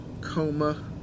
coma